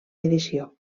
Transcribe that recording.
edició